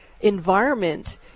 environment